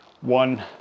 one